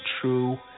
true